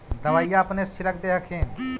दबइया अपने से छीरक दे हखिन?